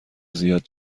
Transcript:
زیاد